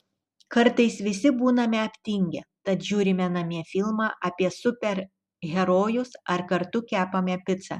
kartais visi būname aptingę tad žiūrime namie filmą apie super herojus ar kartu kepame picą